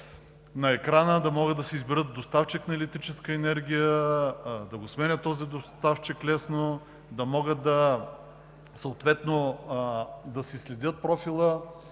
на екрана да могат да си изберат доставчик на електрическа енергия, да сменят този доставчик лесно, да могат съответно да си следят профила